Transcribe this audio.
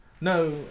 no